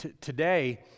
today